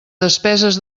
despeses